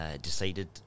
decided